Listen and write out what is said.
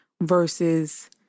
versus